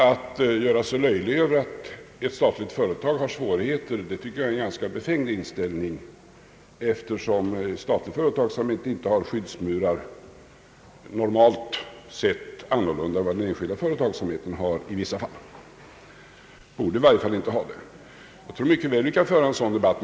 Att göra sig löjlig över att ett statligt företag har svårigheter, tycker jag är en ganska befängd inställning, eftersom statlig företagsamhet, normalt sett, inte har andra skyddsmurar än vad den enskilda företagsamheten har — den borde i varje fall inte ha det. Vi kan mycket väl föra en sådan debatt.